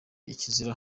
ikizira